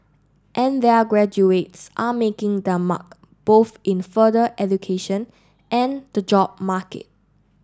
and their graduates are making their mark both in further education and the job market